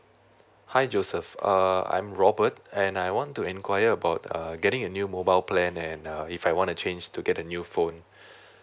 hi joseph um I'm robert and I want to inquire about err getting a new mobile plan and uh if I want to change to get a new phone